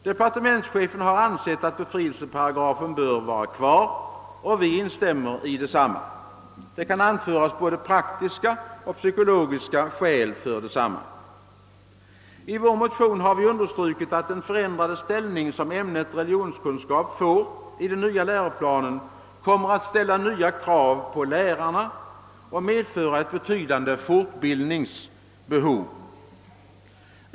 Departementschefen har ansett att befrielseparagrafen bör vara kvar, och jag instämmer i detta uttalande. Det kan anföras både praktiska och psykologiska skäl för denna ståndpunkt. I vår motion har vi vidare anfört, att den förändrade ställning som religionskunskapen får i den nya läroplanen kommer att ställa nya krav på lärarna och medföra ett betydande fortbildningsbehov.